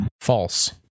False